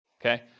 okay